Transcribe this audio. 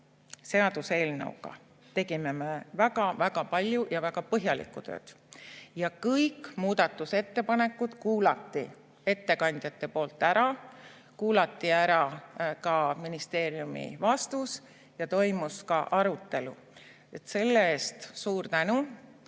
seaduseelnõuga tegime me väga-väga palju ja väga põhjalikku tööd ja kõik muudatusettepanekud kuulati ära, kuulati ära ka ministeeriumi vastus ja toimus ka arutelu. Selle eest suur tänu